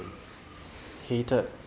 hated